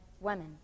women